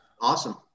Awesome